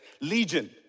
Legion